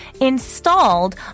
installed